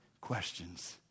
questions